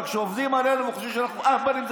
אבל כשעובדים עלינו וחושבים שאנחנו אהבלים,